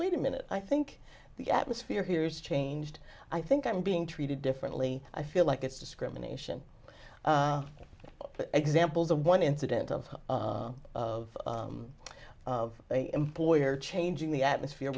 wait a minute i think the atmosphere here is changed i think i'm being treated differently i feel like it's discrimination examples of one incident of of of a employer changing the atmosphere